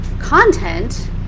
content